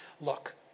look